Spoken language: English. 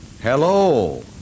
Hello